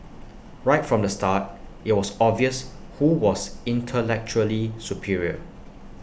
right from the start IT was obvious who was intellectually superior